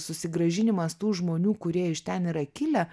susigrąžinimas tų žmonių kurie iš ten yra kilę